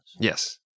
yes